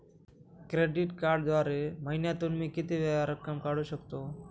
Credit कार्डद्वारे महिन्यातून मी किती वेळा रक्कम काढू शकतो?